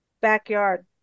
backyard